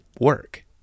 work